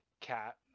Cat